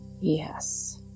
Yes